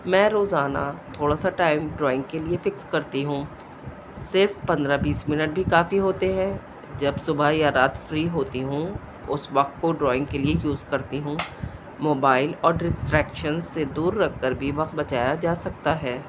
میں روزانہ تھوڑا سا ٹائم ڈرائنگ کے لیے فکس کرتی ہوں صرف پندرہ بیس منٹ بھی کافی ہوتے ہے جب صبح یا رات فری ہوتی ہوں اس وقت کو ڈرائنگ کے لیے یوز کرتی ہوں موبائل اور ڈسٹریکشن سے دور رکھ کر بھی وقت بچایا جا سکتا ہے